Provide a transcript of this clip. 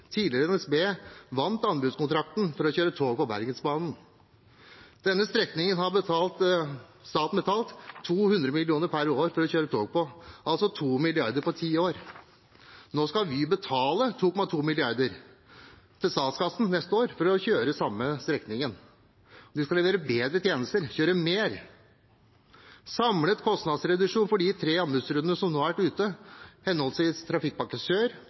tidligere NSB, vant anbudskontrakten for å kjøre tog på Bergensbanen. Denne strekningen har staten betalt 200 mill. kr per år for å kjøre tog på, altså 2 mrd. kr på ti år. Nå skal Vy betale 2,2 mrd. kr til statskassen de neste årene for å kjøre den samme strekningen. De skal levere bedre tjenester og kjøre mer. Samlet kostnadsreduksjon for de tre anbudsrundene som nå har vært ute, henholdsvis Trafikkpakke Sør,